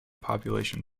population